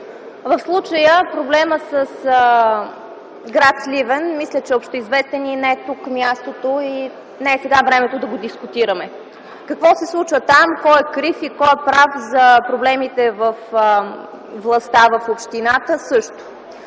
В случая проблемът с гр. Сливен мисля, че е общоизвестен и не е тук мястото, и не е сега времето да го дискутираме. Какво се случва там, кой е крив и кой е прав за проблемите във властта в общината – също.